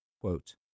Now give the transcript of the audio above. quote